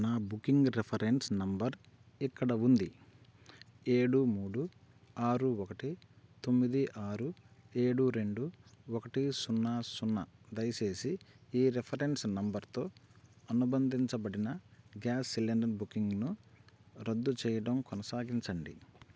నా booking reference number ఇక్కడ ఉంది ఏడు మూడు ఆరు ఒకటి తొమ్మిది ఆరు ఏడు రెండు ఒకటి సున్నా సున్నా దయచేసి ఈ రిఫరెన్స్ నెంబర్తో అనుబంధించబడిన గ్యాస్ సిలిండర్ బుకింగ్ను రద్దు చేయడం కొనసాగించండి